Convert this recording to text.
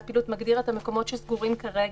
פעילות) מגדיר את המקומות שסגורים כרגע,